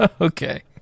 okay